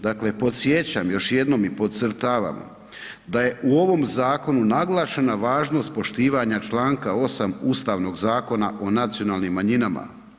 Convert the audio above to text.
Dakle, podsjećam još jednom i podcrtavam da je u ovom zakonu naglašena važnost poštivanja čl. 8. Ustavnog zakona o nacionalnim manjinama.